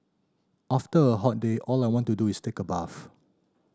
after a hot day all I want to do is take a bath